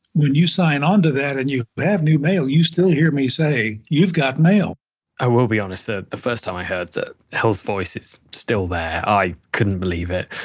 when you sign onto that and you have new mail, you still hear me say, you've got mail i will be honest. the the first time i heard it, el's voice is still there, i couldn't believe it.